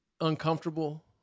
uncomfortable